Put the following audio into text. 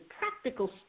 practical